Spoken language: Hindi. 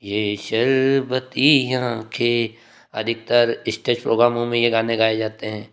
ये शरबती आंखे अधिकतर एस्टेज प्रोग्रामों में ये गाने गए जाते हैं